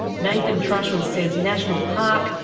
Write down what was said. nathan trushell says national park,